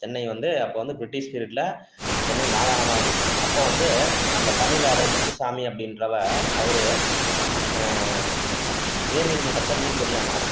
சென்னை வந்து அப்போது வந்து ப்ரிட்டிஷ் பீரியடில் சென்னை மாகாணமாக இருந்துச்சு அப்போது வந்து நம்ப தமிழாளு முத்துசாமி அப்படின்றவர் அவர் உயர்நீதி மன்றத்தை நீதிபதி ஆனார்